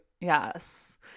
yes